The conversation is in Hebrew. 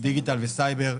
תוכנית 830301- דיגיטל וסייבר,